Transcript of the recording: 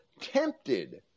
tempted